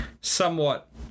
somewhat